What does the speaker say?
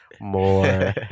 more